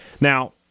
now